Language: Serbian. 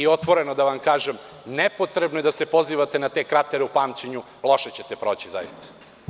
Otvoreno da vam kažem, nepotrebno je da se pozivate na te kratere u pamćenju, loše ćete proći zaista.